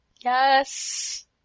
Yes